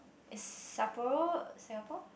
is Sapporo Singapore